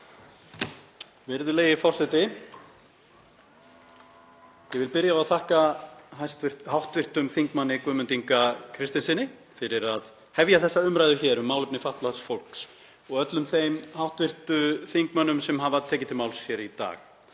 Virðulegi forseti. Ég vil byrja á að þakka hv. þm. Guðmundi Inga Kristinssyni fyrir að hefja þessa umræðu um málefni fatlaðs fólks og öllum þeim hv. þingmönnum sem hafa tekið til máls í dag.